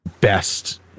best